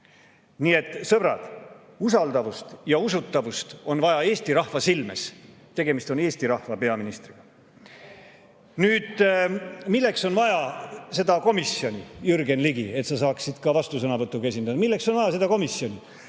Nii et, sõbrad, usaldavust ja usutavust on vaja Eesti rahva silme ees – tegemist on Eesti rahva peaministriga. Milleks on vaja seda komisjoni, Jürgen Ligi – et sa saaksid ka vastusõnavõtuga esineda –, milleks on vaja seda komisjoni?